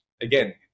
again